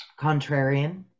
contrarian